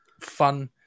fun